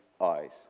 eyes